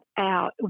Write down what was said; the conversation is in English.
out